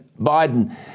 Biden